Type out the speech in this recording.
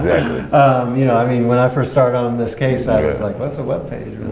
you know i mean when i first started on this case i was like, what's a web page?